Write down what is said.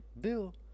Bill